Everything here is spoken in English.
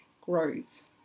grows